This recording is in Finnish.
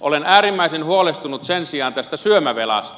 olen äärimmäisen huolestunut sen sijaan tästä syömävelasta